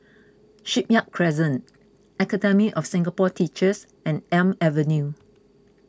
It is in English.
Shipyard Crescent Academy of Singapore Teachers and Elm Avenue